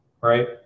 right